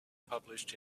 published